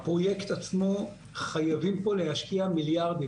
הפרויקט עצמו, חייבים פה להשקיע מיליארדים.